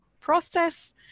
process